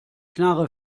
knarre